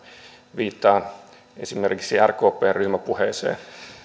viittaan esimerkiksi rkpn ryhmäpuheeseen